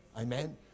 Amen